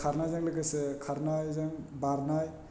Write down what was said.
खारनायजों लोगोसे खारनायजों बारनाय